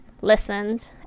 listened